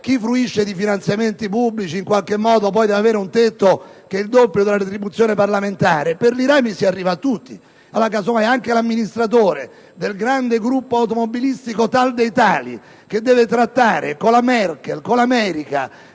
chi fruisce di finanziamenti pubblici deve avere un tetto che è il doppio della retribuzione parlamentare, per li rami si arriva a tutti: allora, anche l'amministratore del grande gruppo automobilistico tal dei tali, che deve trattare con la Merkel, con l'America